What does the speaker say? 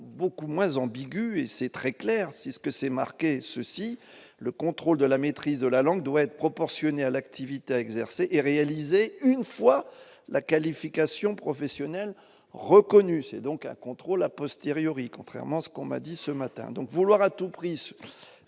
beaucoup moins ambigu et c'est très clair, c'est ce que c'est marqué ceci : le contrôle de la maîtrise de la langue doit être proportionnée à l'activité exercée et réalisé une fois la qualification professionnelle reconnue, c'est donc un contrôle à postériori, contrairement à ce qu'on m'a dit ce matin donc, vouloir à tout prix